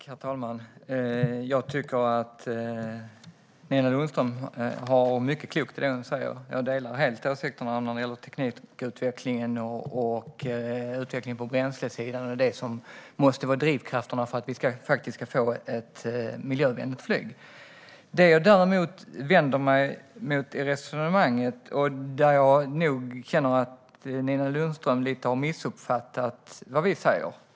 Herr talman! Jag tycker att Nina Lundström säger mycket som är klokt. Jag delar helt åsikterna när det gäller teknikutvecklingen och utvecklingen på bränslesidan. Det är det som måste vara drivkrafterna för att vi faktiskt ska få ett miljövänligt flyg. Det finns däremot något som jag vänder mig mot i resonemanget. Jag känner nog att Nina Lundström lite har missuppfattat vad vi säger.